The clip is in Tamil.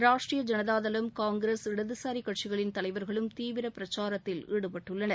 ராஷ்டரிய ஜனதா தளம் காங்கிரஸ் இடதுசாரி கட்சிகளின் தலைவர்களும் தீவிர பிரச்சாரத்தில் ஈடுபட்டுள்ளனர்